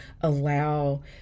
allow